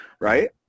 Right